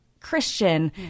Christian